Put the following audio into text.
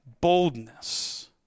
boldness